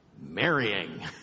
marrying